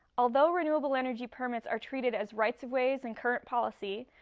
although renewable energy permits are treated as rights-of-ways in current policy,